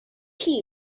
tea